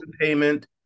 payment